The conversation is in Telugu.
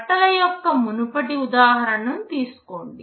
బట్టల యొక్క మునుపటి ఉదాహరణను తీసుకోండి